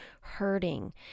hurting